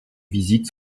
visites